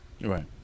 Right